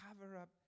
cover-up